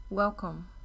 welcome